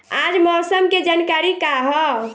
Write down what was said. आज मौसम के जानकारी का ह?